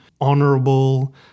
honorable